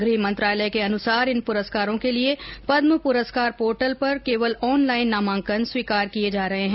गृह मंत्रालय के अनुसार इन पुरस्कारों के लिए पद्म पुरस्कार पोर्टल पर केवल ऑनलाइन नामांकन स्वीकार किए जा रहे हैं